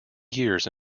years